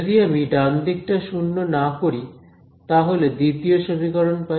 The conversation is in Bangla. যদি আমি ডান দিকটা শূন্য না করি তাহলে দ্বিতীয় সমীকরণ পাই